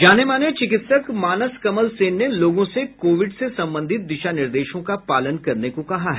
जाने माने चिकित्सक मानस कमल सेन ने लोगों से कोविड से संबंधित दिशा निर्देशों का पालन करने को कहा है